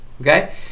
okay